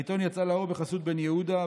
העיתון יצא לאור בחסות בן יהודה,